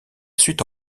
suite